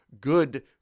good